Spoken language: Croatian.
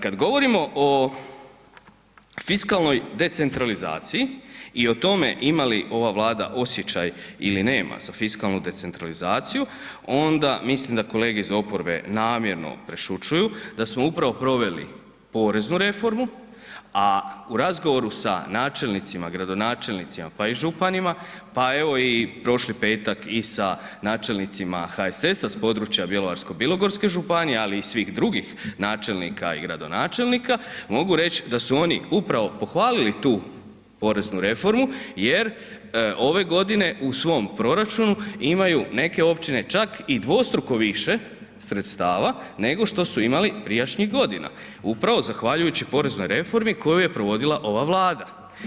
Kad govorimo o fiskalnoj decentralizaciji i o tome ima li ova Vlada osjećaj ili nema za fiskalnu decentralizaciju, onda mislim da kolege iz oporbe namjerno prešućuju da smo upravo proveli poreznu reformu, a u razgovoru sa načelnicima, gradonačelnicima, pa i županima, pa evo i prošli petak i sa načelnicima HSS-a s područja bjelovarsko-bilogorske županije, ali i svih drugih načelnika i gradonačelnika mogu reć da su oni upravo pohvalili tu poreznu reformu jer ove godine u svom proračunu imaju neke općine čak i dvostruko više sredstava nego što su imali prijašnjih godina, upravo zahvaljujući poreznoj reformi koju je provodila ova Vlada.